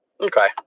Okay